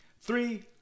Three